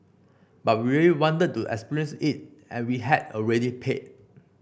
but we really wanted to experience it and we had already paid